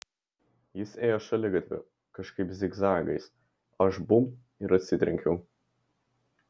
jis ėjo šaligatviu kažkaip zigzagais aš bumbt ir atsitrenkiau